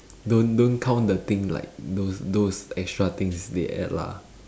don't don't count the thing like those those extra things they add lah